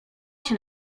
się